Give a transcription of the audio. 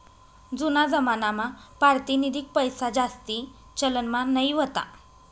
जूना जमानामा पारतिनिधिक पैसाजास्ती चलनमा नयी व्हता